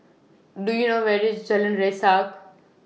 Do YOU know Where IS Jalan Resak